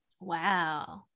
Wow